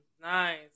Nice